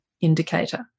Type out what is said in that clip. indicator